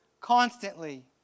constantly